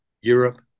Europe